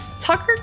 Tucker